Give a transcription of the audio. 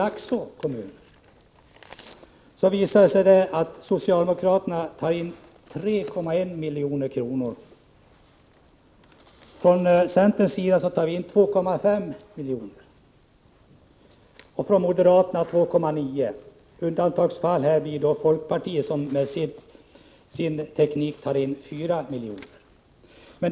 Laxå kommun visar det sig att socialdemokraternas förslag innebär en indragning av 3,1 milj.kr., centerns 2,5 milj.kr. och moderaternas 2,9 milj.kr. Undantag utgör folkpartiet, som med sin teknik tar in 4 milj.kr.